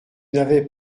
n’avais